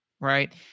Right